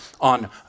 on